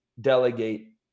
delegate